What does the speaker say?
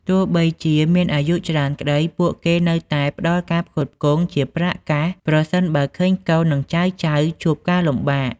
ទោះបីជាមានអាយុច្រើនក្ដី ពួកគេនៅតែផ្ដល់ការផ្គត់ផ្គង់ជាប្រាក់កាស ប្រសិនបើឃើញកូន និងចៅៗជួបការលំបាក។